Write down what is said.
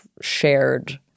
shared